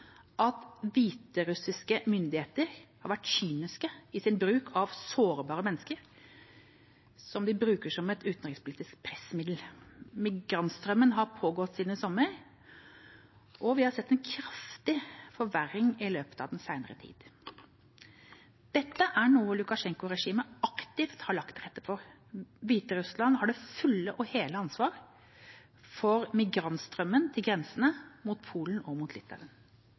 at hviterussiske myndigheter har vært kyniske i sin bruk av sårbare mennesker som et utenrikspolitisk pressmiddel. Migrantstrømmen har pågått siden i sommer, og vi har sett en kraftig forverring i løpet av den senere tid. Dette er noe Lukasjenko-regimet aktivt har lagt til rette for. Hviterussland har det fulle og hele ansvar for migrantstrømmen til grensene mot Polen og Litauen.